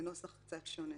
נוסח קצת שונה.